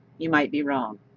you might be wrong.